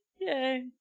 Yay